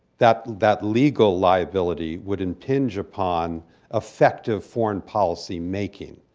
that that legal liability would impinge upon effective foreign policy-making.